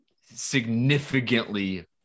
significantly